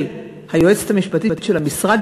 של היועצת המשפטית של המשרד,